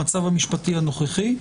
במצב המשפטי הנוכחי,